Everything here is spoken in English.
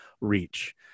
reach